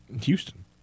Houston